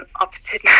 opposite